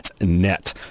net